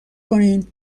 کنین